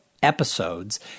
Episodes